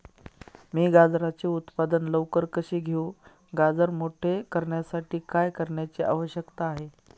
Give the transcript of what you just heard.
मी गाजराचे उत्पादन लवकर कसे घेऊ? गाजर मोठे करण्यासाठी काय करण्याची आवश्यकता आहे?